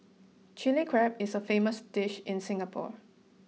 Chilli Crab is a famous dish in Singapore